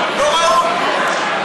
לא ראוי.